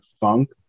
funk